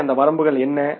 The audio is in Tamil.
எனவே அந்த வரம்புகள் என்ன